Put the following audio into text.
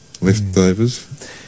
Leftovers